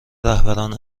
رهبران